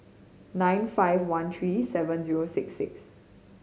nine five one three seven zero six six